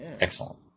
excellent